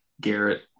Garrett